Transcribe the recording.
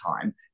time